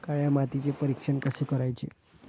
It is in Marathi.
काळ्या मातीचे परीक्षण कसे करायचे?